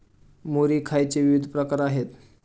मुरी खायचे विविध प्रकार आहेत